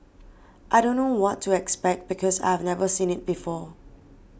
I don't know what to expect because I've never seen it before